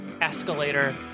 escalator